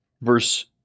verse